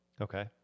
Okay